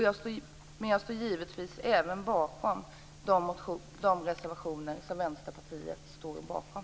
Jag står givetvis även bakom övriga reservationer som Vänsterpartiet står bakom.